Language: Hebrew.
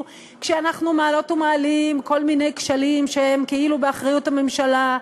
כשאנחנו מעלות ומעלים כל מיני כשלים שהם כאילו באחריות הממשלה.